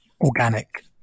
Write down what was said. organic